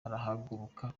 arahaguruka